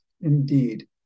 Indeed